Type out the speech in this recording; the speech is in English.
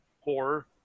horror